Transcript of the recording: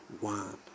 one